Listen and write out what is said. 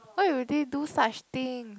why would they do such things